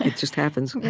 just happens.